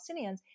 Palestinians